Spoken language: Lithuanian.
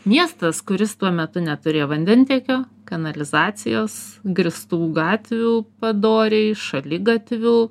miestas kuris tuo metu neturėjo vandentiekio kanalizacijos grįstų gatvių padoriai šaligatvių